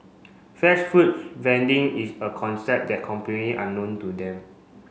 fresh food vending is a concept that completely unknown to them